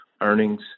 earnings